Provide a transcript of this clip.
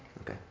Okay